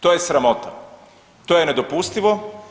To je sramota, to je nedopustivo.